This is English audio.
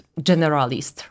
generalist